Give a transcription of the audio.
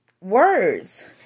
words